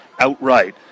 outright